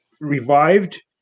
revived